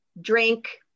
Drink